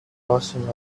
rushing